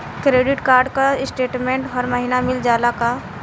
Credit card क statement हर महिना मिल जाला का?